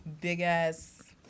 big-ass